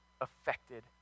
affected